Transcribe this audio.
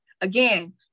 again